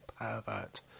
pervert